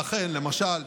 לכן, למשל,